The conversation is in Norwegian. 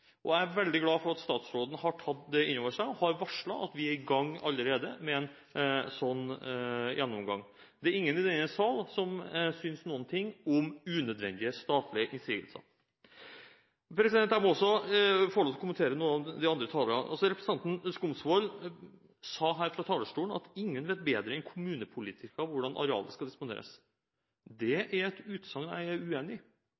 på. Jeg er veldig glad for at statsråden har tatt det inn over seg og har varslet at vi allerede er i gang med en sånn gjennomgang. Det er ingen i denne sal som synes noe om unødvendige statlige innsigelser. Jeg må også få lov til å kommentere noen av de andre talerne. Representanten Skumsvoll sa her fra talerstolen at ingen vet bedre enn kommunepolitikere hvordan arealet skal disponeres. Det er et utsagn jeg er uenig i.